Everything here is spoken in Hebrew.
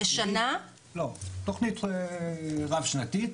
תכנית רב שנתית.